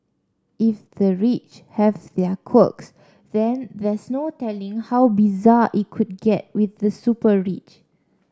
if the rich have their quirks then there's no telling how bizarre it could get with the super rich